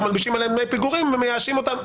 מלבישים עליהם דמי פיגורים ומייאשים אותם.